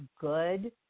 good